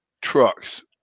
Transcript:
Trucks